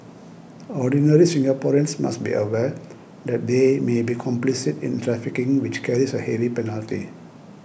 ordinary Singaporeans must be aware that they may be complicit in trafficking which carries a heavy penalty